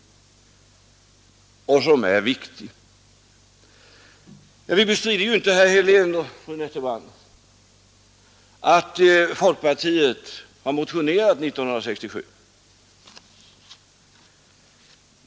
Vi bestrider inte, herr Helén och fru Nettelbrandt, att folkpartiet motionerade 1967.